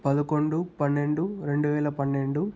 పదకొండు పన్నెండు రెండు వేల పన్నెండు